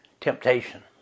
temptation